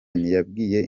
yabwiye